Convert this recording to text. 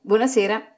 Buonasera